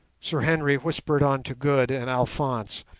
sir henry whispered on to good and alphonse,